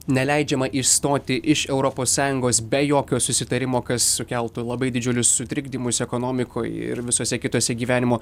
neleidžiama išstoti iš europos sąjungos be jokio susitarimo kas sukeltų labai didžiulius sutrikdymus ekonomikoj ir visose kitose gyvenimo